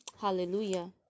Hallelujah